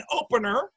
opener